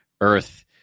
earth